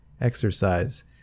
exercise